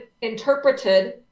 interpreted